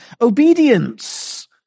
obedience